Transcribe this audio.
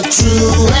true